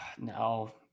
No